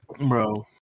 Bro